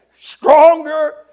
stronger